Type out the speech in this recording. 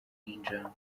n’injangwe